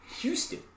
Houston